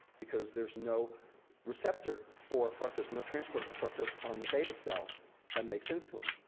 because there's no receptor for fructose, no transport for fructose on the beta cell that makes insulin,